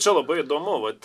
čia labai įdomu vat